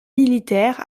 militaire